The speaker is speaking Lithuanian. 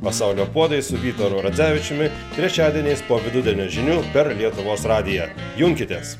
pasaulio puodai su vytaru radzevičiumi trečiadieniais po vidurdienio žinių per lietuvos radiją junkitės